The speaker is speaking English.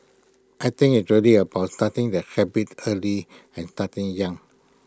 I think it's really about starting the habit early and starting young